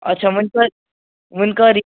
اَچھا وۅنۍ کَر وۅنۍ کَر